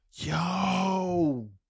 Yo